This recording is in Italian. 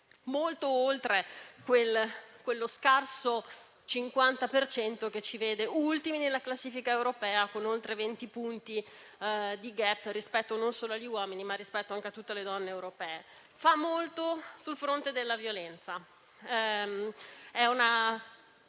molto oltre quello scarso 50 per cento che ci vede ultimi nella classifica europea con oltre 20 punti di *gap* rispetto non solo gli uomini, ma anche a tutte le donne europee. Fa molto sul fronte della violenza,